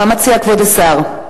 מה מציע כבוד השר?